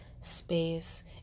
Space